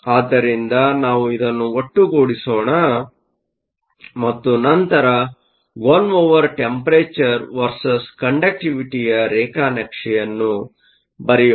ಆದ್ದರಿಂದ ನಾವು ಇದನ್ನು ಒಟ್ಟುಗೂಡಿಸೋಣ ಮತ್ತು ನಂತರ ಒನ್ ಒವರ್ ಟೆಂಪರೇಚರ್ ವರ್ಸಸ್ ಕಂಡಕ್ಟಿವಿಟಿಯ ರೇಖಾನಕ್ಷೆಯನ್ನು ಬರೆಯನ್ನು ಬರೆಯೊಣ